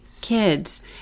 kids